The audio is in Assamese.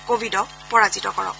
কোৱিডক পৰাজিত কৰক